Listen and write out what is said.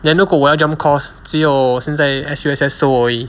then 如果我要 jump course 只有现在 S_U_S_S 收我而已